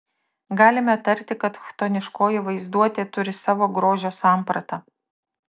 galime tarti kad chtoniškoji vaizduotė turi savo grožio sampratą